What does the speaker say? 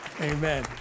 amen